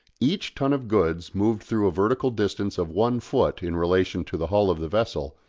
each ton of goods moved through a vertical distance of one foot in relation to the hull of the vessel,